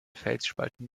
felsspalten